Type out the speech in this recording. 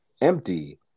empty